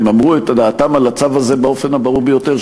הם אמרו את דעתם על הצו הזה באופן הברור ביותר,